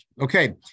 Okay